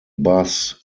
bass